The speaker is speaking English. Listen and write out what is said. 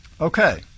Okay